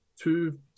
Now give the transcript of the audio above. two